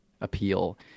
appeal